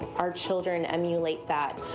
our children emulate that.